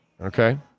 Okay